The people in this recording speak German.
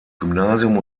gymnasium